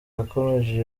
yakomeje